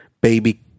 baby